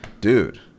dude